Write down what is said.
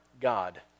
God